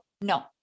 no